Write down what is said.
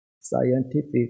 scientific